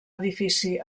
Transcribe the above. edifici